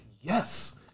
yes